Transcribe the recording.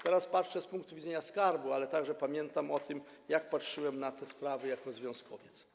Teraz patrzę z punktu widzenia Skarbu Państwa, ale pamiętam o tym, jak patrzyłem na te sprawy jako związkowiec.